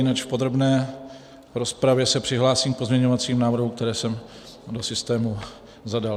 V podrobné rozpravě se přihlásím k pozměňovacím návrhům, které jsem do systému zadal.